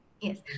Yes